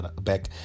back